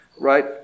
right